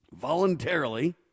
voluntarily